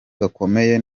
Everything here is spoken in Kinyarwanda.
gakomeye